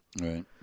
Right